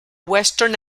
western